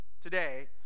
today